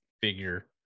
figure